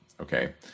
okay